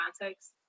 context